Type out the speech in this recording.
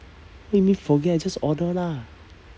what you mean forget just order lah